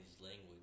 language